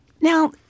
Now